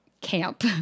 camp